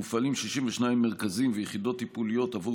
מופעלים 62 מרכזים ויחידות טיפוליות עבור